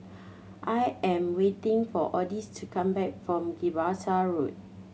I am waiting for Odis to come back from Gibraltar Road